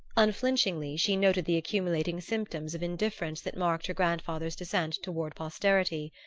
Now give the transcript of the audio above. unflinchingly she noted the accumulating symptoms of indifference that marked her grandfather's descent toward posterity.